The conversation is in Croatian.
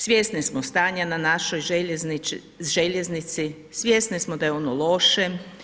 Svjesni smo stanja na našoj željeznici, svjesni smo da je ono loše.